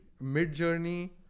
mid-journey